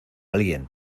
alguien